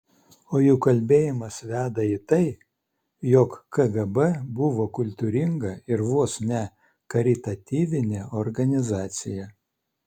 o jų kalbėjimas veda į tai jog kgb buvo kultūringa ir vos ne karitatyvinė organizacija